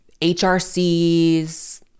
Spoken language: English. HRCs